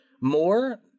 more